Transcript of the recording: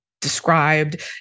described